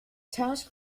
tasked